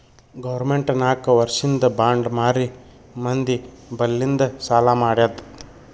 government ನಾಕ್ ವರ್ಷಿಂದ್ bond ಮಾರಿ ಮಂದಿ ಬಲ್ಲಿಂದ್ ಸಾಲಾ ಮಾಡ್ಯಾದ್